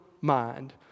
mind